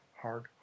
hard